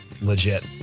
legit